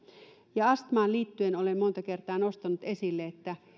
ja astmaan liittyen olen monta kertaa nostanut esille että